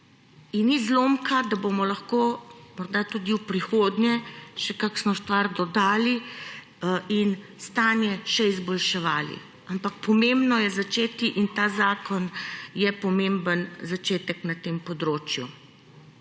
In ni zlomka, da bomo lahko morda tudi v prihodnje še kakšno stvar dodali in stanje še izboljševali, ampak pomembno je začeti. In ta zakon je pomemben začetek na tem področju.